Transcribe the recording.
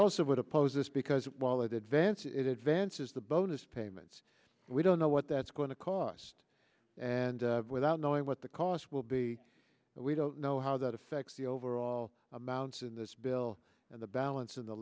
also would oppose this because while that advances it advances the bonus payments we don't know what that's going to cost and without knowing what the cost will be we don't know how that affects the overall amounts in this bill and the balance in the